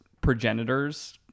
progenitors